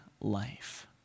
life